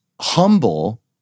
humble